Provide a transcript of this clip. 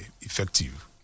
effective